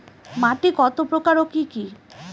মাটি কত প্রকার ও কি কি?